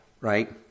Right